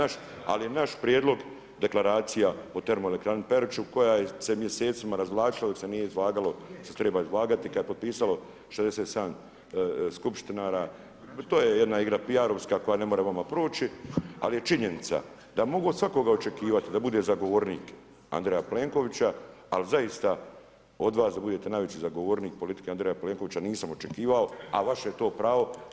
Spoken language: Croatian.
Ali naš prijedlog, deklaracija o termoelektrani Peruča, koja se mjesecima razvlačila dok se nije izvagalo što se treba izvagati i kad je potpisalo 67 skupštinara, to je igra PR-ovska koja ne može vama proći, ali je činjenica da mogu od svakoga očekivati da bude zagovornik Andreja Plenkovića, ali zaista od vas da budete najveći zagovornik politike Andreja Plenkovića nisam očekivao, a vaše je to pravo.